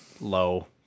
low